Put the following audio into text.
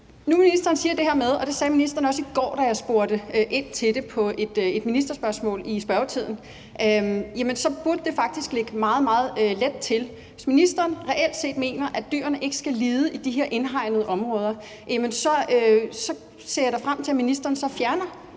de her indhegnede områder – det sagde ministeren også i går, da jeg spurgte ind til det i et spørgsmål til ministeren i spørgetiden – så burde det faktisk ligge meget, meget ligefor. Hvis ministeren reelt set mener, at dyrene ikke skal lide i de her indhegnede områder, så ser jeg da frem til, at ministeren fjerner